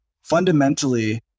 fundamentally